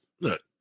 look